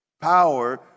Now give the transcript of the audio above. power